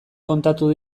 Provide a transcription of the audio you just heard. kontatuko